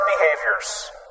behaviors